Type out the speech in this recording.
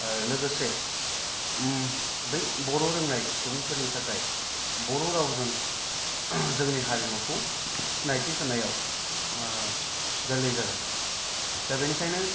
लोगोसे बै बर' रोंनाय सुबुंफोरनि थाखाय बर' रावजों जोंनि हारिमुखौ सिनायथि होनायाव गोरलै जागोन दा बेनिखायनो